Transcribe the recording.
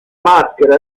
maschera